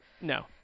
No